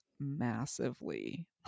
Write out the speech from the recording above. massively